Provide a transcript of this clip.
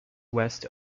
west